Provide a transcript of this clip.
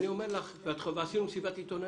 אני אומר לך, ואפילו עשינו מסיבת עיתונאים,